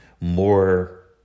more